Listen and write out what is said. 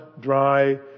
dry